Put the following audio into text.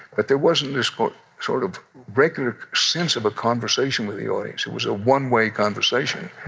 but there wasn't this sort of regular sense of a conversation with the audience. it was a one-way conversation.